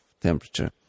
temperature